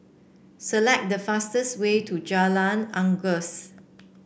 select the fastest way to Jalan Unggas